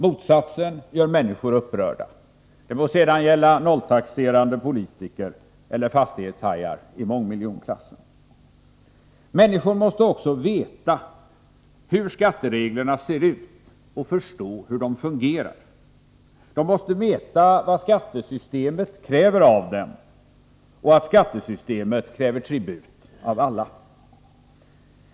Motsatsen gör människor upprörda — det må sedan gälla nolltaxerande politiker eller fastighetshajar i mångmiljonklassen. Människor måste också veta hur skattereglerna ser ut och förstå hur de fungerar. De måste veta vad skattesystemet kräver av dem och att skattesystemet kräver tribut av alla.